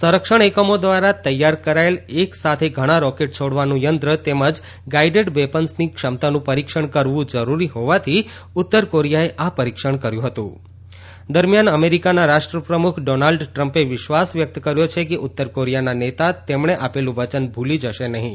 સંરક્ષણ એકમો દ્વારા તૈયાર કરાયેલ એક સાથે ઘણા રોકેટ છોડવાનું યંત્ર તેમજ ગાઇડેડ વેપન્સની ક્ષમતાનું પરિક્ષણ કરવું જરૂરી હોવાથી ઉત્તર કોરિયાએ આ પરિક્ષણ કર્યું હતું દરમિયાન અમેરીકાના રાષ્ટ્રપ્રમુખ ડોનાલ્ડ ટ્રમ્પે વિશ્વાસ વ્યક્ત કર્યો છે કે ઉત્તર કોરિયાના નેતા તેમણે આપેલું વચન ભૂલી જશે નહિ